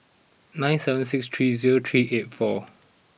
nine seven six three zero three eight four